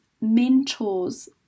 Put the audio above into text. mentors